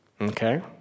Okay